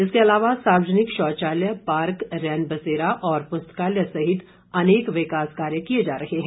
इसके अलावा सार्वजनिक शौचालय पार्क रैनबसेरा और पुस्तकालय सहित अनेक विकास कार्य किए जा रहे हैं